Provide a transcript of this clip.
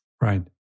Right